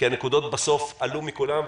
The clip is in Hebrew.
כי הנקודות בסוף עלו מכולם.